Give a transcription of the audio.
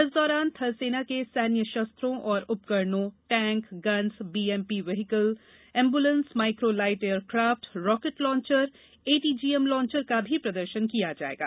इस दौरान थल सेना के सैन्य शस्त्रों और उपकरणों tank guns BMP vehicle ambulance micro light aircraft rocket launcher ATGM launcher का भी प्रदर्षन किया जाएगा